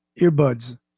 earbuds